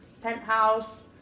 penthouse